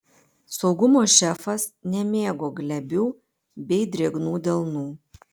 saugumo šefas nemėgo glebių bei drėgnų delnų